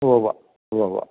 ഉവ്വ് ഉവ്വ് ഉവ്വ് ഉവ്വ്